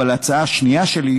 אבל ההצעה השנייה שלי,